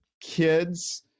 kids